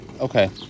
Okay